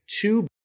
two